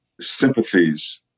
sympathies